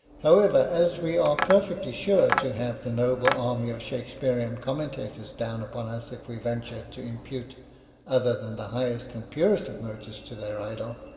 however, as we are perfectly sure to have the noble army of shakespearean commen tators down upon us if we venture to impute other than the highest and purest of motives to their idol,